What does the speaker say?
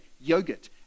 Yogurt